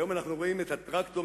היום אנחנו רואים את הטרקטורים,